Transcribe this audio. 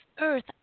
earth